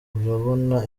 urabona